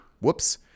Whoops